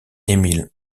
emile